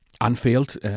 Anfield